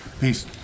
Peace